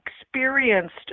experienced